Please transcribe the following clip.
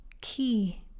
key